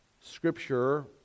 Scripture